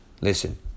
listen